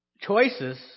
choices